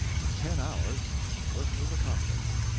in ten hours the work was accomplished.